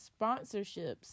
sponsorships